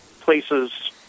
places